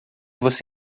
você